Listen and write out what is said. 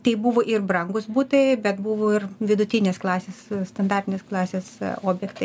tai buvo ir brangūs butai bet buvo ir vidutinės klasės standartinės klasės objektai